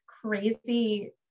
crazy